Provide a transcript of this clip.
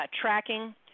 tracking